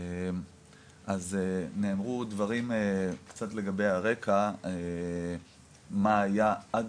אז נאמרו דברים קצת לגבי הרקע מה היה עד